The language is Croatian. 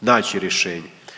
naći rješenje.